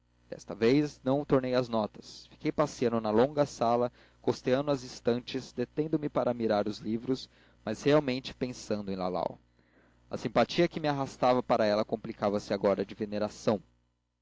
desta vez não tornei às notas fiquei passeando na longa sala custeando as estantes detendo me para mirar os livros mas realmente pensando em lalau a simpatia que me arrastava para ela complicava-se agora de veneração